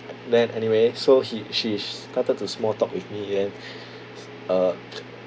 then anyway so he she sh~ started to small talk with me then uh